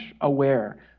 aware